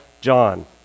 John